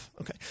Okay